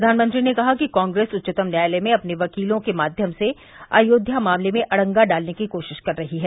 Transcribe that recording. प्रधानमंत्री ने कहा कि कांग्रेस उच्चतम न्यायालय में अपने वकीलों के माध्यम से अयोध्या मामले में अड़ंगा डालने की कोशिश कर रही है